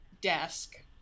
desk